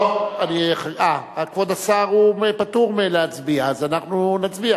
טוב, כבוד השר פטור מלהצביע, אז אנחנו נצביע